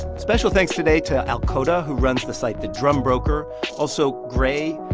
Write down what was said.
special thanks today to alkota, who runs the site the drum broker also gray,